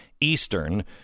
Eastern